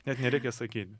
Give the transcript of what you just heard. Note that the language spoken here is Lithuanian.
net nereikia sakyt